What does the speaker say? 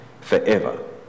forever